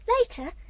Later